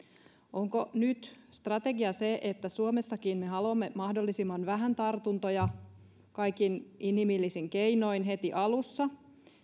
onko nyt strategia se että suomessakin me haluamme mahdollisimman vähän tartuntoja kaikin inhimillisin keinoin heti alussa